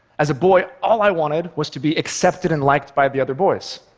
as a boy, all i wanted was to be accepted and liked by the other boys,